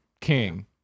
King